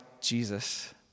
Jesus